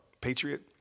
patriot